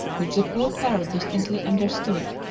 which the poor parrot distinctly understood,